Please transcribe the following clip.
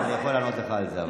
אני יכול לענות לך על זה.